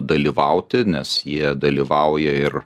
dalyvauti nes jie dalyvauja ir